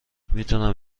میتونم